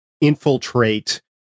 infiltrate